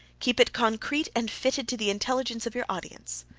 keep it concrete and fitted to the intelligence of your audience.